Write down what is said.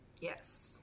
Yes